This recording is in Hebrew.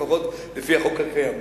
לפחות לפי החוק הקיים.